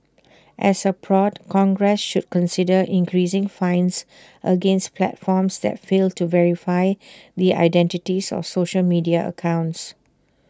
as A prod congress should consider increasing fines against platforms that fail to verify the identities of social media accounts